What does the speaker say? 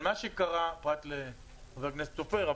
פרט לחבר הכנסת סופר.